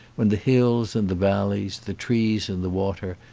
when the hills and the valleys, the trees and the water,